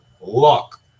luck